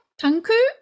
Tanku